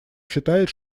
считает